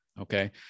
okay